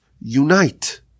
unite